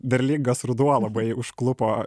derlingas ruduo labai užklupo